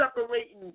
separating